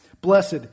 Blessed